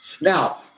Now